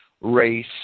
race